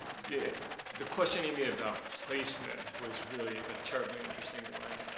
the the questioning me about placement was really a terribly interesting one,